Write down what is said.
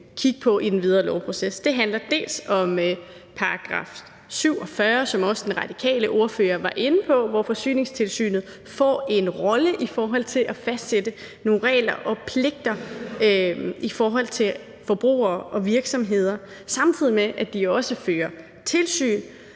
kigge på i den videre lovproces. Det handler dels om § 47, som også den radikale ordfører var inde på, hvor Forsyningstilsynet får en rolle i forhold til at fastsætte nogle regler og pligter for forbrugere og virksomheder, samtidig med at de også fører tilsyn.